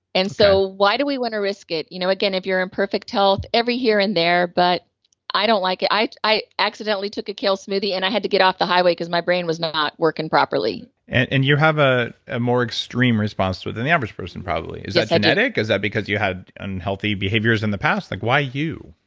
and so, why do we want to risk it? you know again, if you're in perfect health every here and there, but i don't like it. i i accidentally took a kale smoothie and i had to get off the highway because my brain was not working properly and and you have ah a more extreme response than the average person probably. is that genetic? is that because you had unhealthy behaviors in the past? like why you?